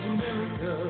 America